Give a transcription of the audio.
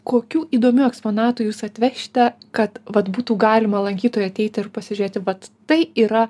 kokių įdomių eksponatų jūs atvešite kad vat būtų galima lankytojui ateiti ir pasižiūrėti vat tai yra